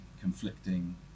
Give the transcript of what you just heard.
conflicting